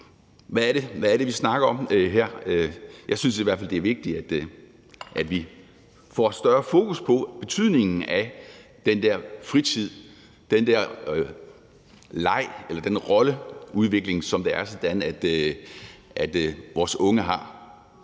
Hvad er det, vi snakker om her? Jeg synes i hvert fald, det er vigtigt, at vi får et større fokus på betydningen af den der fritid, den der leg eller rolleudvikling, som vores unge har